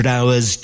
Hours